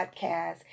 podcast